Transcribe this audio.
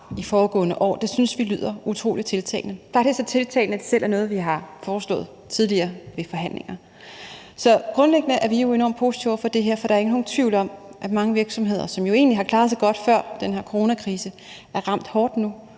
de foregående år synes vi lyder utrolig tiltalende – faktisk så tiltalende, at det er noget, vi selv har foreslået tidligere under forhandlinger. Så grundlæggende er vi enormt positive over for det her, for der er ikke nogen tvivl om, at mange virksomheder, som jo egentlig har klaret sig godt før den her coronakrise, er ramt hårdt nu